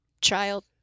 child